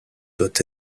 doit